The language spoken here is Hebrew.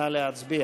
נא להצביע.